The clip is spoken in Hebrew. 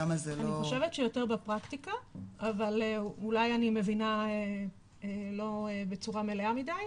אני חושבת שיותר בפרקטיקה אבל אולי אני מבינה לא בצורה מלאה מדי,